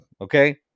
okay